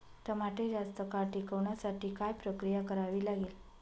टमाटे जास्त काळ टिकवण्यासाठी काय प्रक्रिया करावी लागेल?